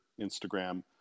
Instagram